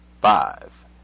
five